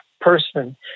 person